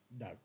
No